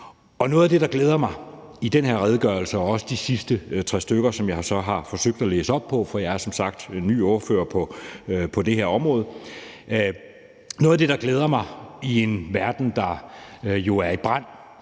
Noget af det, der glæder mig i den her redegørelse og også de sidste tre stykker, som jeg så har forsøgt at læse op på, for jeg er som sagt ny ordfører på det her område, i en verden, der er i brand,